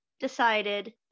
decided